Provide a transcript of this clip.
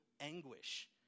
anguish